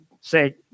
say